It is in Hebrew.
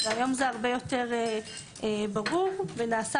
והיום זה הרבה יותר ברור ונעשה